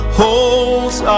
holds